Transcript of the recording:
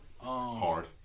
Hard